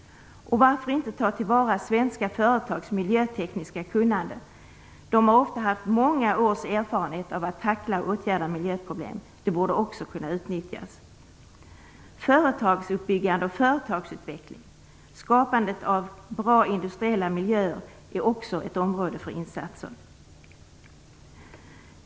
Varför inte ta till vara svenska företags miljötekniska kunnande? De har ofta många års erfarenhet av att tackla och åtgärda miljöproblem. Det borde också kunna utnyttjas. Företagsuppbyggande och företagsutveckling, skapande av bra industriella miljöer är också ett område där insatser kan göras.